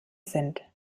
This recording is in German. sind